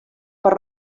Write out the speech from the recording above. per